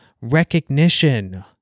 recognition